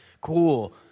cool